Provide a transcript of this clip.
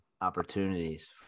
opportunities